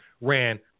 ran